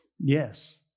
Yes